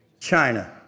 China